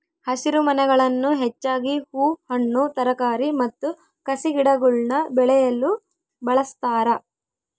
ಹಸಿರುಮನೆಗಳನ್ನು ಹೆಚ್ಚಾಗಿ ಹೂ ಹಣ್ಣು ತರಕಾರಿ ಮತ್ತು ಕಸಿಗಿಡಗುಳ್ನ ಬೆಳೆಯಲು ಬಳಸ್ತಾರ